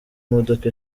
imodoka